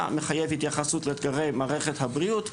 מחייב התייחסות לאתגרי מערכת הבריאות,